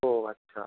ও আচ্ছা